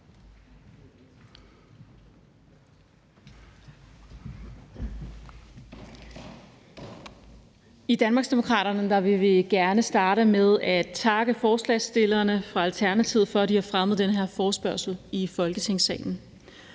I Danmarksdemokraterne vil vi gerne starte med at takke forslagsstillerne fra Alternativet for, at de har stillet den her forespørgsel i Folketingssalen.